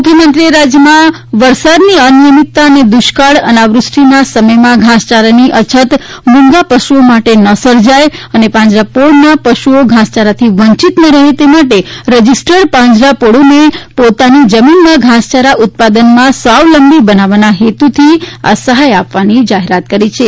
મુખ્યમંત્રીશ્રીએ રાજ્યમાં વરસાદની અનિયમીતતા અને દુષ્કાળ અનાવૃષ્ટિના સમયમાં ઘાસચારાની અછત મૂંગા પશુઓ માટે ન સર્જાય અને પાંજરાપોળના પશુઓ ઘાસયારાથી વંચિત ન રહે તે માટે રજીસ્ટર્ડ પાંજરાપોળોને પોતાની જમીનમાં ઘાસયારા ઉત્પાદનમાં સ્વાવલંબી બનાવવાના હેતુથી આ સહાય આપવાની આ જાહેરાત કરી છે